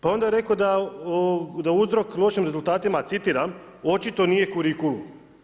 Pa onda je rekao da uzrok lošim rezultatima, citiram: očito nije kurikulum.